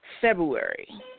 February